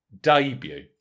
debut